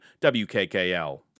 WKKL